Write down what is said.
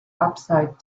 upside